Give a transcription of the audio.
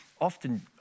often